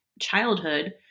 childhood